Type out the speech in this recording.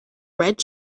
red